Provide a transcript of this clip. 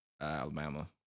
Alabama